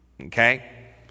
okay